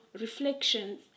reflections